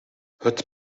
het